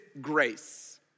grace